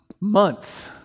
month